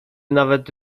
nawet